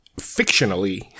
fictionally